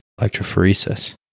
electrophoresis